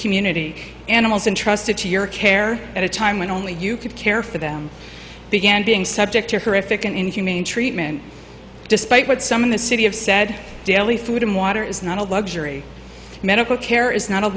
community animals entrusted to your care at a time when only you could care for them began being subject to her ific and inhumane treatment despite what some in the city of said daily food and water is not a luxury medical care is not a